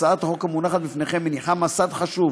הצעת החוק המונחת בפניכם מניחה מסד חשוב